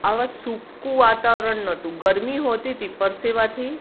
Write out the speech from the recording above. આવાં સૂકું વાતાવરણ નહોતું ગરમી હોતી તી પરસેવાથી